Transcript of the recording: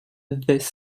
this